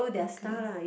okay